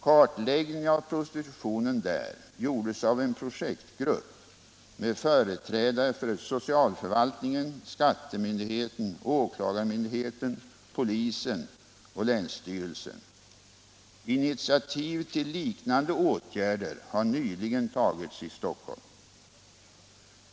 Kartläggningen av prostitutionen där gjordes av en projektgrupp med företrädare för socialförvaltningen, skattemyndigheten, åklagarmyndigheten, polisen och länsstyrelsen. Initiativ till liknande åtgärder har nyligen tagits i Stockholm.